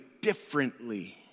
differently